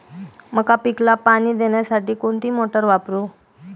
मका पिकाला पाणी देण्यासाठी कोणती मोटार वापरू?